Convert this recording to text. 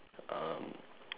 um